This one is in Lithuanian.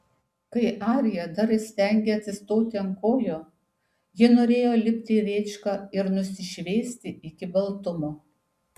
kai arija dar įstengė atsistoti ant kojų ji norėjo lipti į rėčką ir nusišveisti iki baltumo